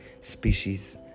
species